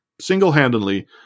single-handedly